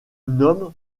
nomme